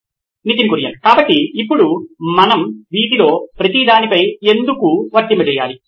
Nitin Kurian COO నోయిన్ electronics కాబట్టి ఇప్పుడు మనం వీటిలో ప్రతి దానిపై "ఎందుకు" వర్తింప చేయాలి